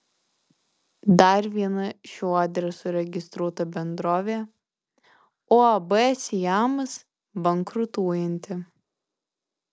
dar viena šiuo adresu registruota bendrovė uab siamas bankrutuojanti